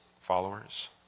followers